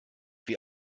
wie